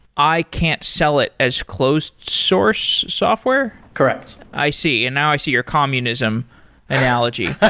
i can't sell it as closed source software? correct i see. and now i see your communism analogy,